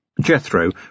Jethro